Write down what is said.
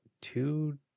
two